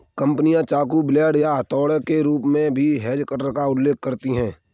कंपनियां चाकू, ब्लेड या हथौड़े के रूप में भी हेज कटर का उल्लेख करती हैं